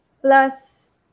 Plus